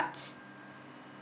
arts